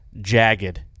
Jagged